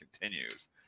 continues